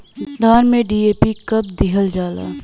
धान में डी.ए.पी कब दिहल जाला?